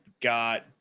got